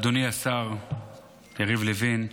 אדוני השר יריב לוין,